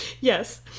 Yes